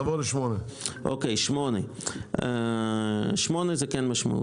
תעבור להסתייגות 8. הסתייגות 8 היא כן משמעותית: